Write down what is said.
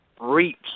reach